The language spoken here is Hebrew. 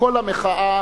קול המחאה